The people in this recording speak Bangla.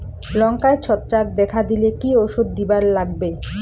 লঙ্কায় ছত্রাক দেখা দিলে কি ওষুধ দিবার লাগবে?